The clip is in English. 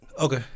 Okay